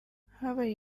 habaye